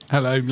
Hello